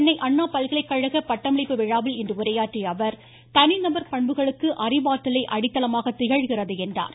சென்னை அண்ணா பல்கலைக்கழக பட்டமளிப்பு விழாவில் இன்று உரையாற்றிய அவர் தனிநபர் பண்புகளுக்கு அறிவாற்றலே அடித்தளமாக திகழ்கிறது என்றார்